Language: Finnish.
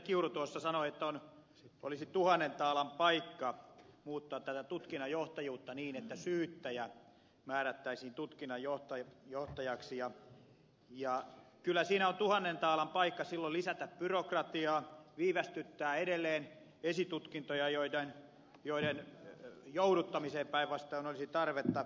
kiuru tuossa sanoi että olisi tuhannen taalan paikka muuttaa tätä tutkinnanjohtajuutta niin että syyttäjä määrättäisiin tutkinnanjohtajaksi ja kyllä siinä on tuhannen taalan paikka silloin lisätä byrokratiaa viivästyttää edelleen esitutkintoja joiden jouduttamiseen päinvastoin olisi tarvetta